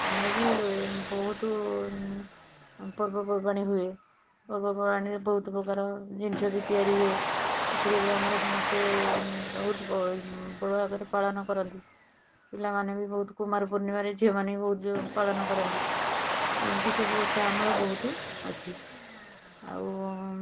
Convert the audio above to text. ଆମର ବି ବ ବହୁତ ପର୍ବପର୍ବାଣୀ ହୁଏ ପର୍ବପର୍ବାଣୀରେ ବହୁତପ୍ରକାର ଜିନିଷ ବି ତିଆରି ହୁଏ ସେଥିରେ ବି ଆମର ସମସ୍ତେ ବହୁତ ବ ବଡ଼ ଆକାରରେ ପାଳନ କରନ୍ତି ପିଲାମାନେ ବି ବହୁତ କୁମାରପୁର୍ଣ୍ଣିମାରେ ଝିଅମାନେ ବି ବହୁତ ପାଳନ କରନ୍ତି ଏମତି ସବୁ ଓଷା ଆମର ବହୁତ ଅଛି ଆଉ